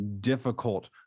difficult